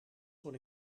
kon